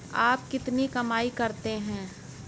आप कितनी कमाई करते हैं?